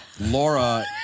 Laura